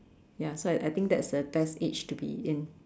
ya so I I think that's the best age to be in